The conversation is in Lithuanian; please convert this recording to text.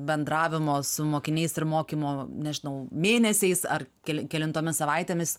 bendravimo su mokiniais ir mokymo nežinau mėnesiais ar keli kelintomis savaitėmis